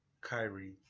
Kyrie